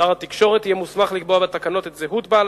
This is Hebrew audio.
שר התקשורת יהיה מוסמך לקבוע בתקנות את זהות בעל